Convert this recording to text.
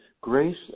grace